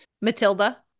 Matilda